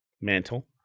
Mantle